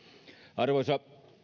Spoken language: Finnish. arvoisa